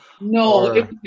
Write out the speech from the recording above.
No